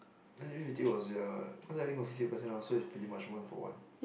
S G fifty was ya cause I think got fifty percent off so it's pretty much one for one